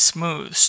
Smooth